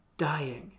dying